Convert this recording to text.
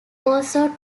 also